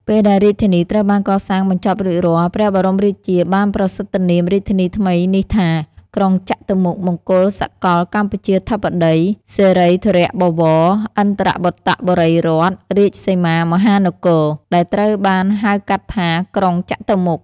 ពេលដែលរាជធានីត្រូវបានកសាងបញ្ចប់រួចរាល់ ព្រះបរមរាជា បានប្រសិដ្ឋនាមរាជធានីថ្មីនេះថា "ក្រុងចតុមុខ មង្គលសកលកម្ពុជាធិបតី សិរីធរៈបវរ ឥន្ទ្របត្តបុរីរដ្ឋ រាជសីមាមហានគរ" ដែលត្រូវបានហៅកាត់ថា "ក្រុងចតុមុខ"។